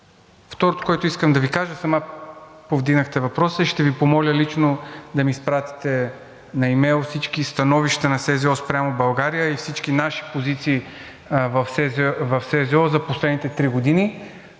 Второто, което искам да Ви кажа, сама повдигнахте въпроса. Ще Ви помоля лично да ми изпратите на имейла всички становища на СЗО спрямо България и всички наши позиции в СЗО за последните три години.